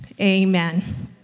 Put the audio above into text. amen